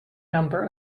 number